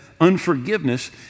unforgiveness